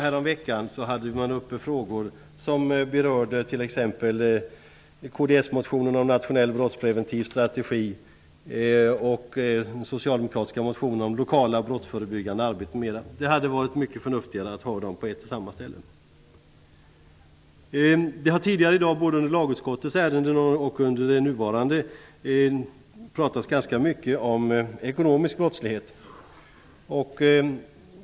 Häromveckan togs frågor upp rörande exempelvis kds-motionen om nationell brottspreventiv strategi och den socialdemokratiska motionen om lokalt brottsförebyggande arbete m.m. Det hade varit mycket förnuftigare att ha det här på ett och samma ställe. Tidigare i dag, både i samband med behandlingen av lagutskottets betänkanden och nu i samband med justitieutskottets betänkande, har det talats ganska mycket om ekonomisk brottslighet.